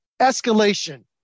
escalation